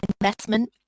investment